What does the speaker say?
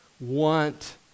want